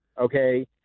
Okay